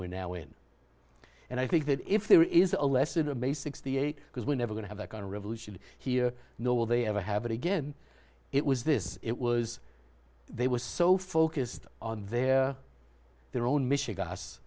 we're now in and i think that if there is a lesson i'm a sixty eight because we're never going to have that kind of revolution here no will they ever have again it was this it was they were so focused on their their own michigan us